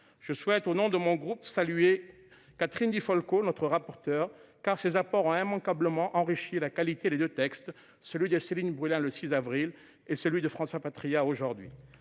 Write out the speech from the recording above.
Je souhaite au nom de mon groupe saluer Catherine Di Folco notre rapporteur car ces apports immanquablement enrichi et la qualité. Les deux textes, celui de Céline Brulin, le 6 avril et celui de François Patriat aujourd'hui